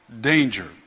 danger